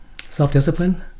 self-discipline